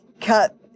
Cut